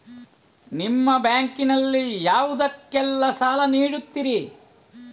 ನಿಮ್ಮ ಬ್ಯಾಂಕ್ ನಲ್ಲಿ ಯಾವುದೇಲ್ಲಕ್ಕೆ ಸಾಲ ನೀಡುತ್ತಿರಿ?